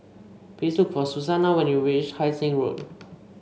please look for Susannah when you reach Hai Sing Road